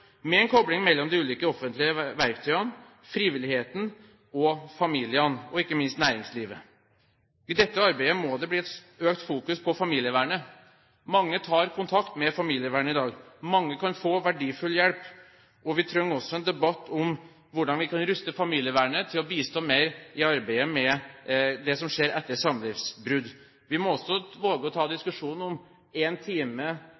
med en kobling mellom de ulike offentlige verktøyene, frivilligheten og familiene og ikke minst næringslivet. I dette arbeidet må det bli et økt fokus på familievernet. Mange tar kontakt med familievernet i dag. Mange kan få verdifull hjelp. Vi trenger også en debatt om hvordan vi kan ruste familievernet til å bistå mer i arbeidet med det som skjer etter samlivsbrudd. Vi må også våge å ta diskusjonen om én time